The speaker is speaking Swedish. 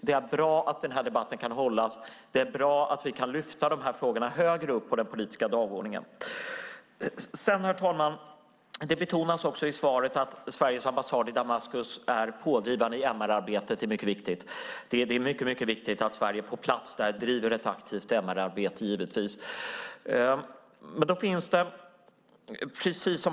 Det är bra att denna debatt kan hållas. Det är bra att vi kan lyfta upp dessa frågor högre upp på den politiska dagordningen. Herr talman! Det betonas i svaret att Sveriges ambassad i Damaskus är pådrivande i MR-arbetet. Det är givetvis mycket viktigt att Sverige på plats bedriver ett aktivt MR-arbete.